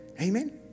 Amen